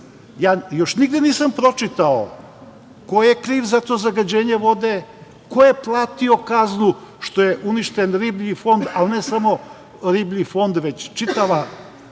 još nigde nisam pročitao ko je kriv za to zagađenje vode, ko je platio kaznu što je uništen riblji fond, ali ne samo riblji fond, već čitavo